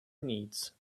needs